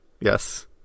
Yes